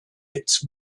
its